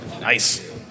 Nice